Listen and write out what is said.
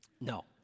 No